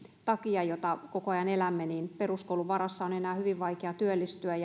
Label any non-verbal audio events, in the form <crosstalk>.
takia jota koko ajan elämme peruskoulun varassa on enää hyvin vaikea työllistyä <unintelligible>